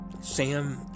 Sam